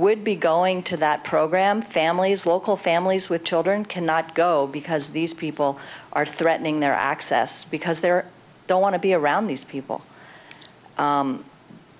would be going to that program families local families with children cannot go because these people are threatening their access because they're don't want to be around these people